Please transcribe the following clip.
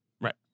Right